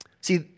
See